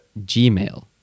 Gmail